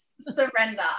surrender